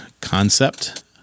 concept